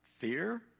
fear